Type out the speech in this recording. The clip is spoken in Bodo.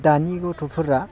दानि गथ'फोरा